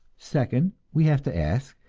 second, we have to ask,